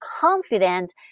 confident